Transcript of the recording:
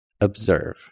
observe